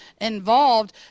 involved